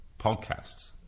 podcasts